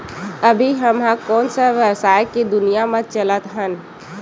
अभी हम ह कोन सा व्यवसाय के दुनिया म चलत हन?